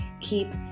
keep